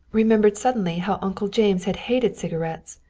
remembered suddenly how uncle james had hated cigarettes,